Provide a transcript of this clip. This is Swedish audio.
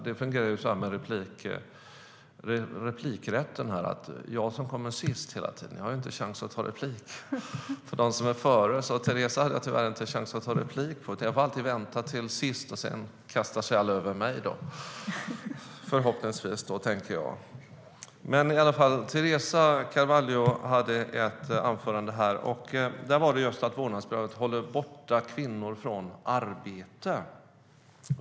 Det fungerar så med replikrätten att jag som hela tiden kommer sist på talarlistan inte har chans att ta replik på dem som är före. Teresa hade jag tyvärr inte chans att ta replik på. Jag får alltid vänta till sist, och sedan kastar sig alla förhoppningsvis över mig. Teresa Carvalho hade ett anförande här. Hon sade att vårdnadsbidraget håller borta kvinnor från arbete.